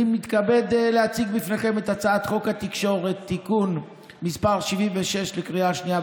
אני מתכבד להציג בפניכם את הצעת חוק התקשורת (בזק ושידורים)